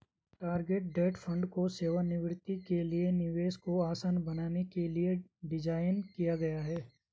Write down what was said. target date fund को सेवानिवृत्ति के लिए निवेश को आसान बनाने के लिए डिज़ाइन किया गया है